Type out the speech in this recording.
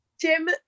Jim